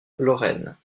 lorraine